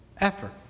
Effort